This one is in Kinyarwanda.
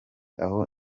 aho